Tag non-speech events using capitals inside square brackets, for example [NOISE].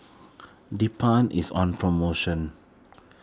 [NOISE] Bedpans is on promotion